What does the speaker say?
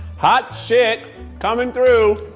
hot shit coming through!